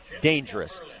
dangerous